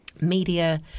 media